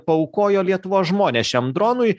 paaukojo lietuvos žmonės šiam dronui